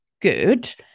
good